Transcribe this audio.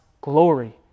glory